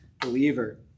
believer